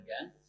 again